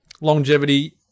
longevity